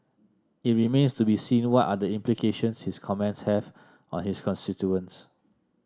it remains to be seen what are the implications his comments have on his constituents